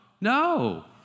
No